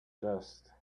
dust